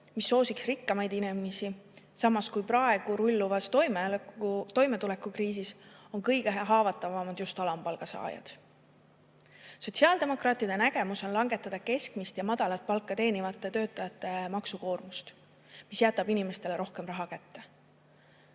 mis soosiks rikkamaid inimesi, samas kui praegu rulluvas toimetulekukriisis on kõige haavatavamad just alampalga saajad. Sotsiaaldemokraatide nägemus on langetada keskmist ja madalat palka teenivate töötajate maksukoormust, mis jätaks inimestele rohkem raha kätte.